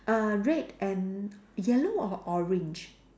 err red and yellow or orange